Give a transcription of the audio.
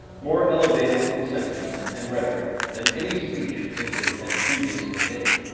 more elevated in sentiment and rhetoric than any speech lincoln had previously made.